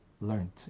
learned